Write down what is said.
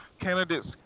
candidates